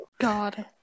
God